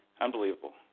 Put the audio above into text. Unbelievable